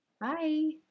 Bye